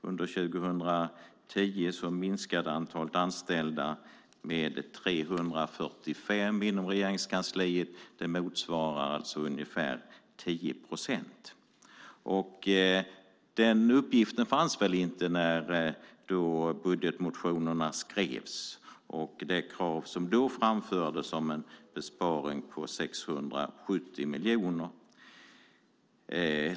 Under 2010 minskade nämligen antalet anställda med 345 i Regeringskansliet. Det motsvarar ungefär 10 procent. Den uppgiften fanns väl inte när budgetmotionerna skrevs; det krav som då framfördes innebar en besparing på 670 miljoner.